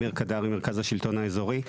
אמיר קדרי מרכז השלטון האזורי.